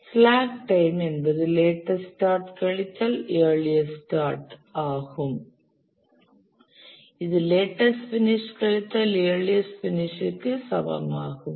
slack time என்பது latest start கழித்தல் earliest start ஆகும் இது லேட்டஸ்ட் பினிஷ் கழித்தல் இயர்லியஸ்ட் பினிஷ் க்கு சமமாகும்